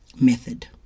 Method